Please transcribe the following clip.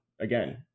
Again